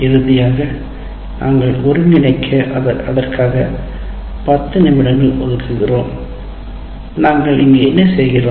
இறுதியாக நாங்கள் ஒருங்கிணைக்க அதற்காக 10 நிமிடங்கள் ஒதுக்குகிறோம் நாங்கள் இங்கே என்ன செய்கிறோம்